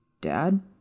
Dad